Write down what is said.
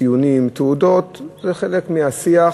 ציונים ותעודות זה חלק מהשיח,